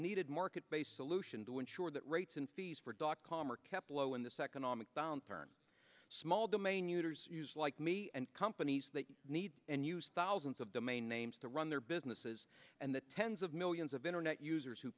needed market based solution to ensure that rates and fees for dot com are kept low in this economic downturn small domain users like me and companies that need and use thousands of domain names to run their businesses and the tens of millions of internet users who